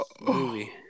movie